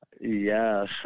Yes